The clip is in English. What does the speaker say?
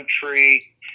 country